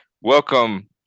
welcome